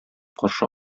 каршы